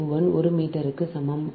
21 ஒரு மீட்டருக்கு சமம்